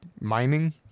mining